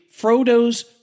Frodo's